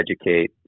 educate